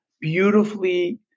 beautifully